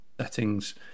settings